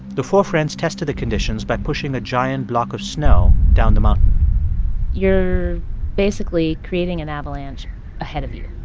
the four friends tested the conditions by pushing a giant block of snow down the mountain you're basically creating an avalanche ahead of you.